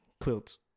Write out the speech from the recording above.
Quilts